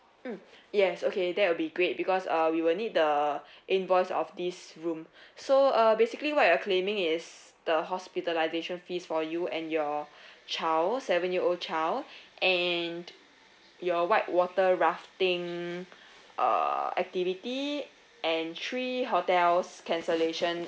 mm yes okay that would be great because uh we will need the invoice of this room so uh basically what you are claiming is the hospitalisation fees for you and your child seven year old child and your white water rafting uh activity and three hotels cancellation